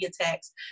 attacks